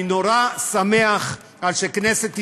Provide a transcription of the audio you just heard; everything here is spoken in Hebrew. אני נורא שמח על שכנסת ישראל,